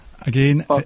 Again